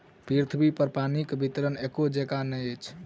पृथ्वीपर पानिक वितरण एकै जेंका नहि अछि